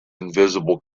invisible